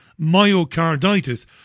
myocarditis